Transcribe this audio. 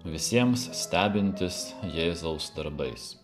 visiems stebintis jėzaus darbais